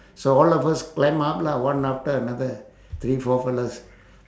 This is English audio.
so all of us climb up lah one after another three four fellows